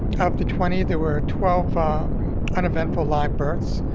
of the twenty there were twelve uneventful live births,